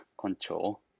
control